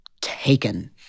taken